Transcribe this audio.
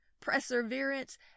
perseverance